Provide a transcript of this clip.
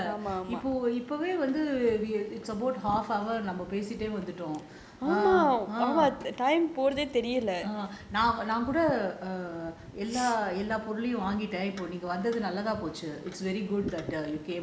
போறதே தெரில இப்போவே வந்து:porathae terila ippovae vanthu it's about half hour நம்ம பேசிட்டே வந்துட்டோம் நான்கூட எல்லா பொருளையும் வாங்கிட்டேன் நீங்க வந்தது நல்லதா போச்சு:namma pesikittae vanthutom naan kuda ellaa porulaiyum vangitaen neenga vanthathu nallatha pochu